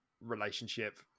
relationship